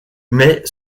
mais